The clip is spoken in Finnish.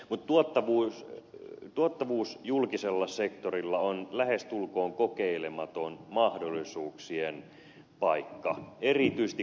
mutta tuottavuus julkisella sektorilla on lähestulkoon kokeilematon mahdollisuuksien paikka erityisesti kuntasektorilla